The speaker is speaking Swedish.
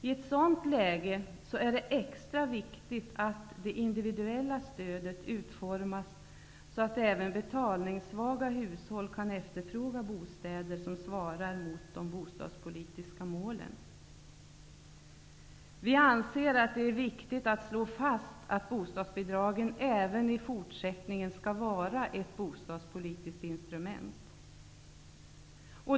I ett sådant läge är det extra viktigt att det individuella stödet utformas så, att även betalningssvaga hushåll kan efterfråga bostäder som svarar mot de bostadspolitiska målen. Vi anser att det är viktigt att slå fast att bostadsbidragen även i fortsättningen skall vara ett bostadspolitiskt instrument.